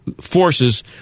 forces